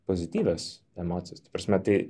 pozityvios emocijos ta prasme tai